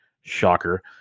shocker